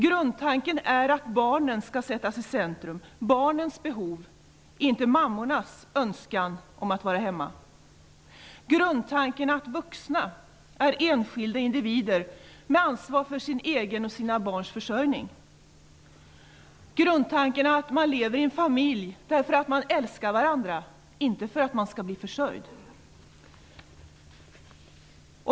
Grundtanken är att barnens behov skall sättas i centrum -- inte mammornas önskan att vara hemma. Grundtanken är att vuxna är enskilda individer som har ansvar för sin egen och sina barns försörjning. Grundtanken är att man lever i en familj därför att man älskar varandra, inte för att man skall bli försörjd.